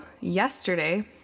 yesterday